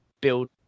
build